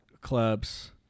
clubs